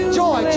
joy